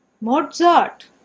Mozart